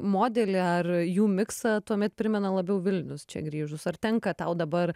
modelį ar jų miksą tuomet primena labiau vilnius čia grįžus ar tenka tau dabar